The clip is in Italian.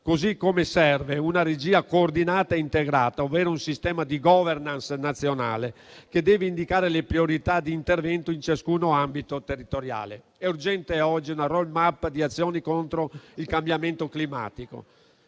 così come serve una regia coordinata e integrata, ovvero un sistema di *governance* nazionale, che deve indicare le priorità di intervento in ciascun ambito territoriale. È urgente oggi una *road map* di azioni contro il cambiamento climatico